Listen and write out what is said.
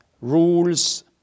Rules